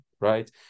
right